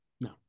no